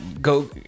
go